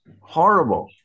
horrible